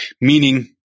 meaning